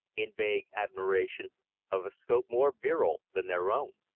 in vague admiration of a scope more virile than their own.